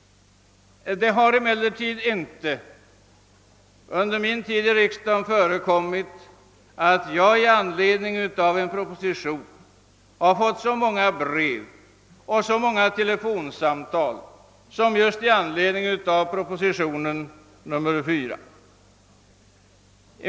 Det har emellertid under min tid i riksdagen inte förekommit att jag med anledning av en proposition fått så många brev och telefonsamtal som just i fråga om proposition nr 4.